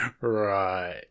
Right